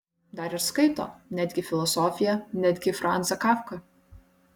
dar ir skaito netgi filosofiją netgi franzą kafką